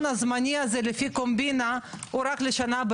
הזמני הזה לפי קומבינה הוא רק לשנה,